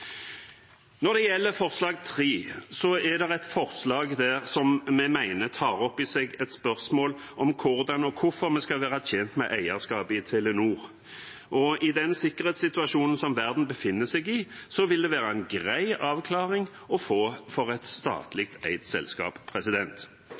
Når det gjelder forslag nr. 3: Vi mener dette er et forslag som tar opp i seg et spørsmål om hvordan og hvorfor vi skal være tjent med eierskapet i Telenor, og i den sikkerhetssituasjonen som verden befinner seg i, vil det være en grei avklaring å få for et